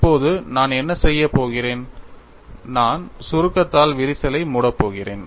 இப்போது நான் என்ன செய்யப் போகிறேன் நான் சுருக்கத்தால் விரிசலை மூடப் போகிறேன்